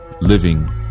Living